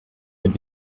mit